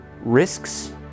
risks